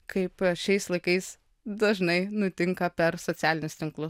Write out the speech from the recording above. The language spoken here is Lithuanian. kaip šiais laikais dažnai nutinka per socialinius tinklus